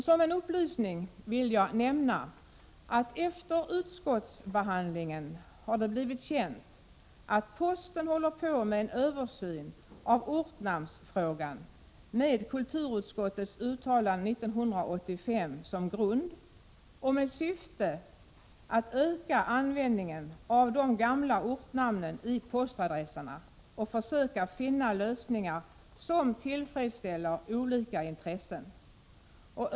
Som en upplysning vill jag nämna att det efter utskottsbehandlingen har blivit känt att posten håller på med en översyn av ortnamnsfrågan, med kulturutskottets uttalande 1985 som grund och med syfte att öka användningen av de gamla ortnamnen i postadresserna och försöka finna lösningar som tillfredsställer olika intressen.